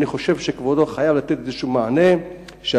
אני חושב שכבודו חייב לתת מענה כלשהו,